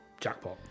jackpot